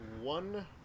one